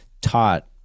taught